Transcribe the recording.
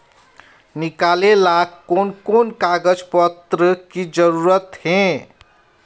निकाले ला कोन कोन कागज पत्र की जरूरत है?